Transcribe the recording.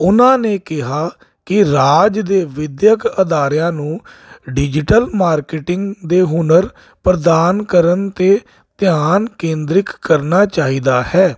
ਉਹਨਾਂ ਨੇ ਕਿਹਾ ਕਿ ਰਾਜ ਦੇ ਵਿਦਿਅਕ ਅਦਾਰਿਆਂ ਨੂੰ ਡਿਜੀਟਲ ਮਾਰਕੀਟਿੰਗ ਦੇ ਹੁਨਰ ਪ੍ਰਧਾਨ ਕਰਨ ਅਤੇ ਧਿਆਨ ਕੇਂਦਰਿਤ ਕਰਨਾ ਚਾਹੀਦਾ ਹੈ